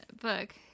book